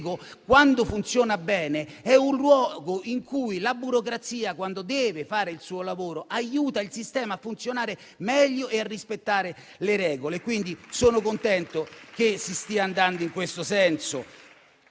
quando funziona bene è un luogo in cui la burocrazia, quando fa il suo lavoro, aiuta il sistema a funzionare meglio e a rispettare le regole, quindi sono contento che si stia andando in questo senso.